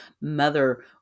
mother